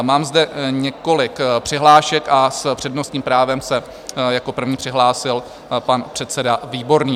Mám zde několik přihlášek a s přednostním právem se jako první přihlásil pan předseda Výborný.